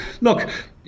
look